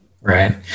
Right